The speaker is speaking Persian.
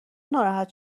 ناراحت